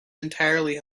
entirely